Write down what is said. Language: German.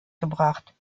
gebracht